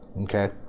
Okay